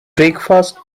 breakfast